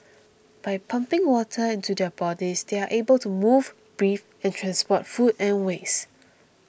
by pumping water into their bodies they are able to move breathe and transport food and waste